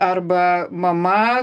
arba mama